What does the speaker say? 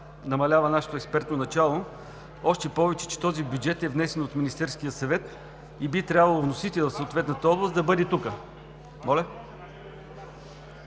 намалява нашето експертно начало. Още повече този бюджет е внесен от Министерския съвет и би трябвало вносителят в съответната област да бъде тук. Аз